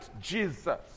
Jesus